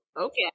okay